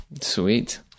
Sweet